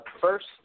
First